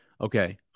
Okay